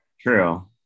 True